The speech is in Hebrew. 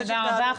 תודה רבה.